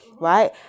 right